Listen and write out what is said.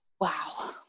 Wow